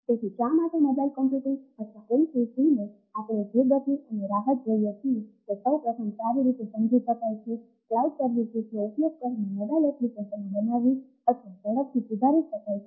તેથી શા માટે મોબાઇલ કમ્પ્યુટિંગ અથવા એમસીસીને બનાવી અથવા ઝડપથી સુધારી શકાય છે